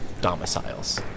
domiciles